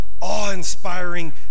awe-inspiring